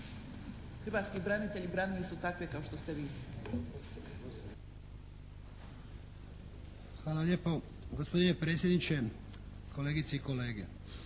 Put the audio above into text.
Hrvatski branitelji branili su takve kao što ste vi. **Lučin, Šime (SDP)** Hvala lijepo. Gospodine predsjedniče, kolegice i kolege!